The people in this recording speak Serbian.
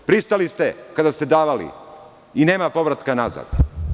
Pristali ste kada ste davali, i nema povratka nazad.